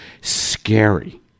scary